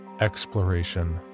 Exploration